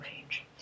range